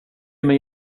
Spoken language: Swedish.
mig